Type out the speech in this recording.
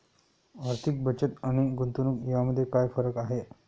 आर्थिक बचत आणि गुंतवणूक यामध्ये काय फरक आहे?